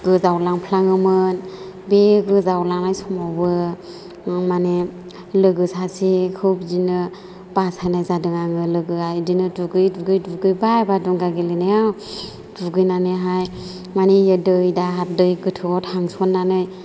गोजावलांफ्लाङोमोन बे गोजाव लांनाय समावबो माने लोगो सासेखौ बिदिनो बासायनाय जादों आङो लोगोआ बिदिनो दुगैयै दुगैयै दुगैबाय बादुंगा गेलेनायाव दुगैनानैहाय माने दै दाहार दै गोथौआव थांसननानै